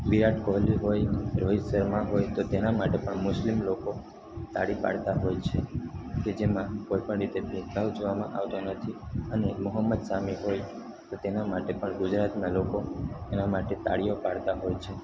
વિરાટ કોહલી હોય રોહિત શર્મા હોય તો તેના માટે પણ મુસ્લિમ લોકો તાળી પાડતા હોય છે કે જેમાં કોઈપણ રીતે ભેદભાવ જોવામાં આવતો નથી અને મોહમ્મદ સામી હોય તો તેના માટે પણ ગુજરાતના લોકો એના માટે તાળીઓ પાડતા હોય છે